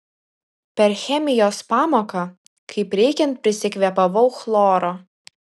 per chemijos pamoką kaip reikiant prisikvėpavau chloro